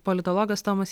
politologas tomas